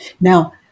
now